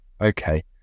Okay